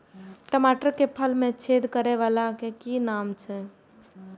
टमाटर के फल में छेद करै वाला के कि नाम छै?